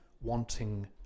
wanting